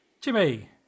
Jimmy